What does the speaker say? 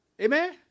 Amen